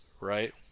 right